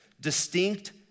distinct